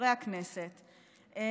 חברי הכנסת,